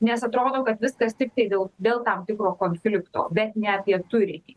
nes atrodo kad viskas tiktai dėl dėl tam tikro konflikto bet ne apie turinį